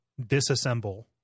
disassemble